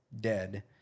dead